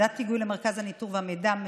וועדת היגוי למרכז הניתור והמידע,